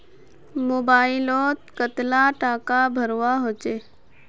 Mobile लोत कतला टाका भरवा होचे?